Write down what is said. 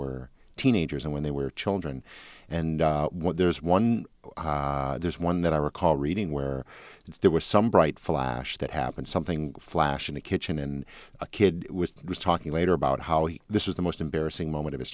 were teenagers and when they were children and there's one there's one that i recall reading where there was some bright flash that happened something flash in the kitchen and a kid was talking later about how he this is the most embarrassing moment of his